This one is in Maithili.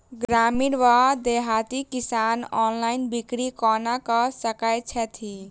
ग्रामीण वा देहाती किसान ऑनलाइन बिक्री कोना कऽ सकै छैथि?